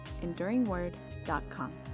EnduringWord.com